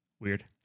Weird